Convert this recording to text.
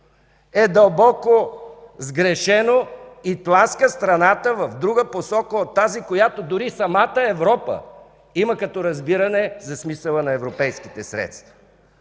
е дълбоко сгрешено и тласка страната в друга посока от тази, която дори и самата Европа има като разбиране за смисъла на европейските средства.